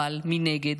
אבל מנגד,